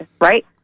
right